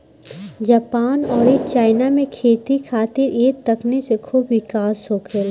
Japan अउरी China में खेती खातिर ए तकनीक से खूब विकास होला